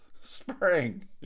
Spring